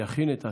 יכין את עצמו.